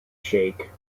shake